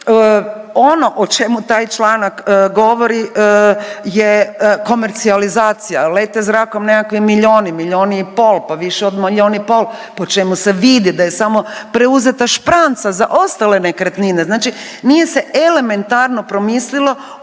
ono o čemu taj članak govori je komercijalizacija, lete zrakom nekakvi milijoni, milijon i pol, pa više od milijon i pol po čemu se vidi da je samo preuzeta špranca za ostale nekretnine. Znači nije se elementarno promislilo